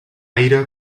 aire